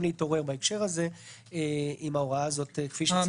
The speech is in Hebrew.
להתעורר בהקשר הזה אם ההוראה הזאת תישאר.